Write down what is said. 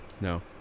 No